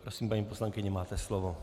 Prosím, paní poslankyně, máte slovo.